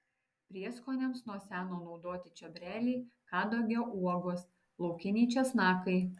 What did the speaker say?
prieskoniams nuo seno naudoti čiobreliai kadagio uogos laukiniai česnakai